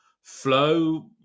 flow